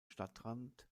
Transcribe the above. stadtrand